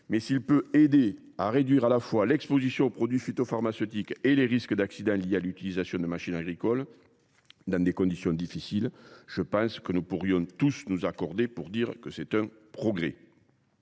travail, il aide à réduire à la fois l’exposition aux produits phytopharmaceutiques et les risques d’accident liés à l’utilisation de machines agricoles dans des conditions difficiles. Nous pouvons tous nous accorder à dire que c’est un progrès.